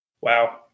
Wow